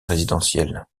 résidentielle